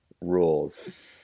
rules